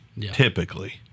typically